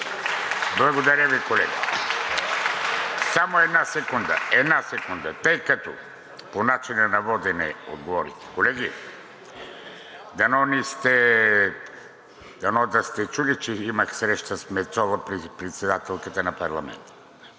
Настимир Ананиев.) Само една секунда, една секунда, тъй като е по начина на водене, да отговоря. Колеги, дано да сте чули, че имах среща с Мецола, председателката на Парламента.